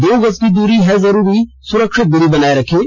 दो गज की दूरी है जरूरी सुरक्षित दूरी बनाए रखें